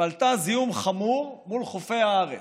פלטה זיהום חמור מול חופי הארץ.